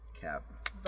Cap